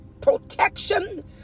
protection